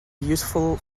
useful